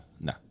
no